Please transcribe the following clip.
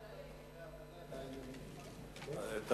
חבר הכנסת טיבי,